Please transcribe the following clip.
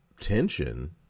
tension